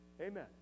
Amen